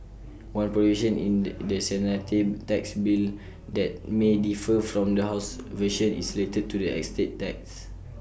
one provision in the Senate tax bill that may differ from the House's version is related to the estate tax